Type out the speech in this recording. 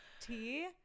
Tea